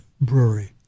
Brewery